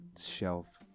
shelf